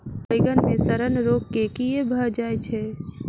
बइगन मे सड़न रोग केँ कीए भऽ जाय छै?